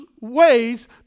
ways